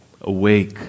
Awake